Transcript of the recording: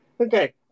Okay